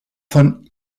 von